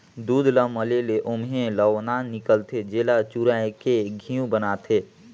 दूद ल मले ले ओम्हे लेवना हिकलथे, जेला चुरायके घींव बनाथे